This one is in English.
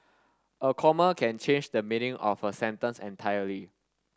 a comma can change the meaning of a sentence entirely